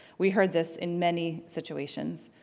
we heard this in many situations.